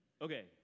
okay